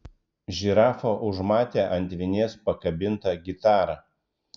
žirafa užmatė ant vinies pakabintą gitarą